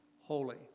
holy